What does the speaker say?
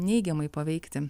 neigiamai paveikti